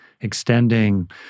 extending